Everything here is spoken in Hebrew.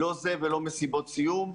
לא זה ולא מסיבות סיום.